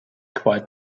quite